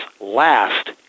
last